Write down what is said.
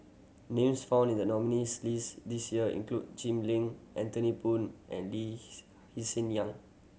names found in the nominees' list this year include Jim Lim Anthony Poon and Lee Lee Hsien Yang